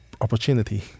opportunity